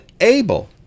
able